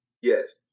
Yes